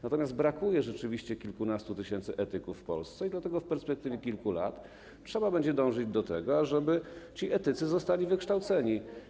Natomiast brakuje rzeczywiście kilkunastu tysięcy etyków w Polsce i dlatego w perspektywie kilku lat trzeba będzie dążyć do tego, ażeby ci etycy zostali wykształceni.